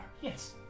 Yes